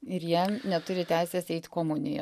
ir jie neturi teisės eit komunijos